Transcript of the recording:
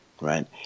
right